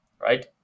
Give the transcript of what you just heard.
right